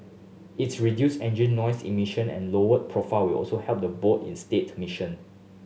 its reduced engine noise emission and lowered profile will also help the boat in mission